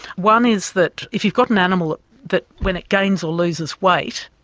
one is that if you've got an animal that when it gains or loses weight,